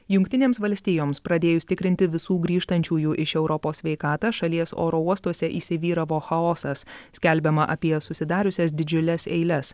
jungtinėms valstijoms pradėjus tikrinti visų grįžtančiųjų iš europos sveikatą šalies oro uostuose įsivyravo chaosas skelbiama apie susidariusias didžiules eiles